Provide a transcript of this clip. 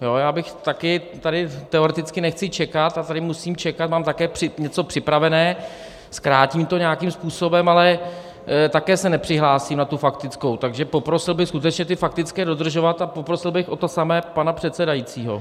Já bych tady... taky teoreticky nechci čekat a tady musím čekat, mám také něco připravené, zkrátím to nějakým způsobem, ale také se nepřihlásím na tu faktickou, takže poprosil bych skutečně ty faktické dodržovat a poprosil bych o to samé pana předsedajícího.